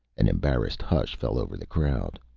an embarrassed hush fell over the crowd.